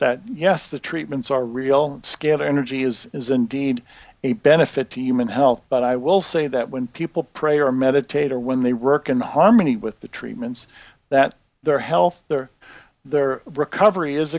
that yes the treatments are real scalar energy is is indeed a benefit to human health but i will say that when people pray or meditate or when they work in the harmony with the treatments that their health or their recovery is